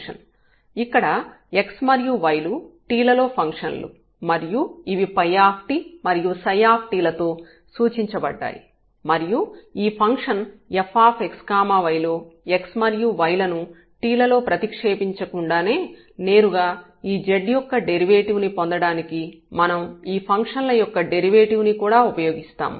ఇక్కడ x మరియు y లు t లలో ఫంక్షన్లు మరియు ఇవి ∅ మరియు t లతో సూచించబడ్డాయి మరియు ఈ ఫంక్షన్ fx y లో x మరియు y లను t లలో ప్రతిక్షేపించకుండానే నేరుగా ఈ z యొక్క డెరివేటివ్ ని పొందడానికి మనం ఈ ఫంక్షన్ ల యొక్క డెరివేటివ్ ని కూడా ఉపయోగిస్తాము